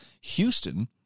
Houston